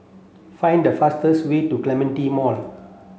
find the fastest way to Clementi Mall